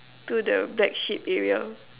to the black sheep area